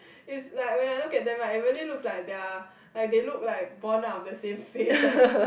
it's like when I look at them right it really look like they look like born on the same face one